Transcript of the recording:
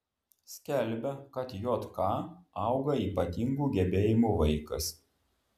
skelbia kad jk auga ypatingų gebėjimų vaikas